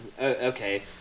okay